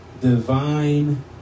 divine